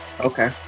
Okay